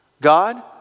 God